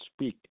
speak